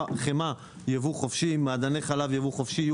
חמאה יבוא חופשי, מעדני חלב יבוא חופשי.